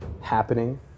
happening